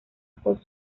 con